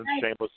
shameless